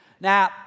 Now